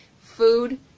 Food